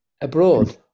abroad